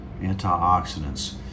antioxidants